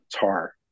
Tar